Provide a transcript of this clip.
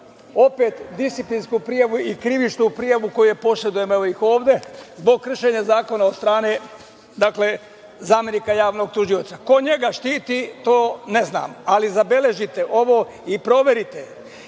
opet disciplinsku prijavu i krivičnu prijavu koje posedujem, evo ih ovde, zbog kršenja zakona od strane zamenika javnog tužioca. Ko njega štiti, to ne znamo. Ali, zabeležite ovo i proverite,